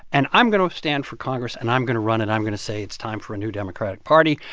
and i'm going to stand for congress, and i'm going to run. and i'm going to say it's time for a new democratic party.